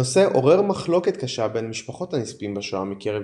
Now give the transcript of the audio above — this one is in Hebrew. הנושא עורר מחלוקת קשה בין משפחות הנספים בשואה מקרב